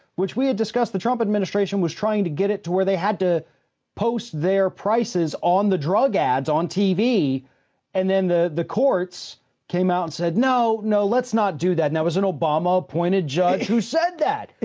which we had discussed, the trump administration was trying to get it to where they had to post their prices on drug ads on tv and then the the courts came out and said, no, no, let's not do that. and that was an obama appointed judge who said that.